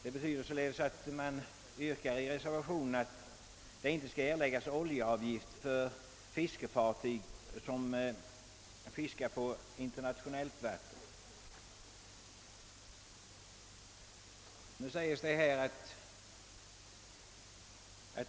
I reservationen yrkas nämligen att det inte skall erläggas oljelagringsavgift för fiskefartyg som bedriver fiske på internationellt vatten.